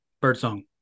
Birdsong